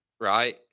right